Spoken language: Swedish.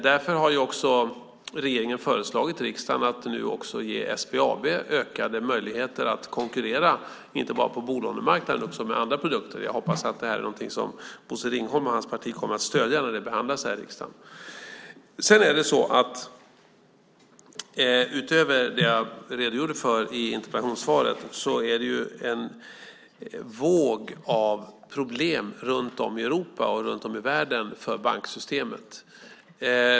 Därför har också regeringen föreslagit riksdagen att ge SBAB ökade möjligheter att konkurrera, inte bara på bolånemarknaden utan också med andra produkter. Jag hoppas att det är något som Bosse Ringholm och hans parti kommer att stödja när det behandlas här i riksdagen. Utöver det som jag redogjorde för i interpellationssvaret är det en våg av problem runt om i Europa och runt om i världen för banksystemet.